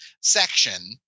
section